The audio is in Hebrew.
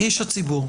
איש הציבור.